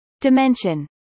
Dimension